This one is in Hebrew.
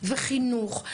חינוך,